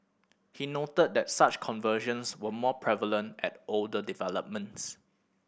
he noted that such conversions were more prevalent at older developments